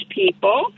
people